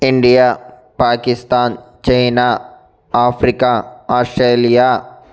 India Pakistan China Africa Australia